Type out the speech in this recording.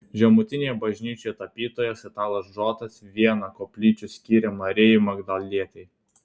žemutinėje bažnyčioje tapytojas italas džotas vieną koplyčių skyrė marijai magdalietei